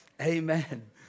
amen